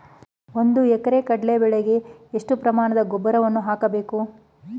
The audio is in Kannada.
ಒಂದು ಎಕರೆ ಕಡಲೆ ಬೆಳೆಗೆ ಎಷ್ಟು ಪ್ರಮಾಣದ ಗೊಬ್ಬರವನ್ನು ಹಾಕಬೇಕು?